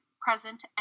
present